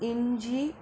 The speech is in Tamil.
இஞ்சி